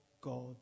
God